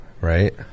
right